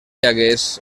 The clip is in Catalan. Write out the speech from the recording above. hagués